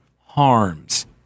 harms